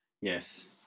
Yes